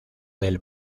del